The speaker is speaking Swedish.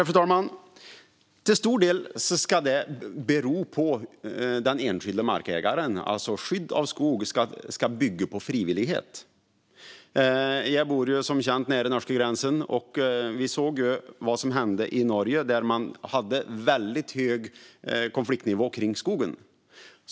Fru talman! Till stor del ska det bero på den enskilde markägaren. Skydd av skog ska bygga på frivillighet. Jag bor som känt nära den norska gränsen. I Norge har man tidigare haft en väldigt hög konfliktnivå gällande skogen.